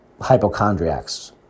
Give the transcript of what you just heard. hypochondriacs